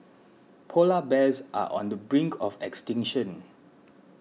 Polar Bears are on the brink of extinction